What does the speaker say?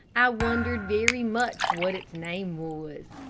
i wondered very much what its name was.